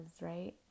right